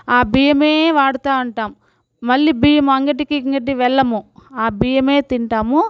ఆ బియ్యమే వాడతా ఉంటాం మళ్ళీ బియ్యం అంగిటి గింగిటికి వెళ్ళము ఆ బియ్యమే తింటాము